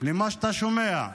למה שאתה שומע.